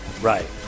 Right